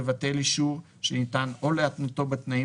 לבטל אישור שניתן או להתנותו בתנאים